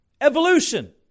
evolution